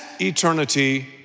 eternity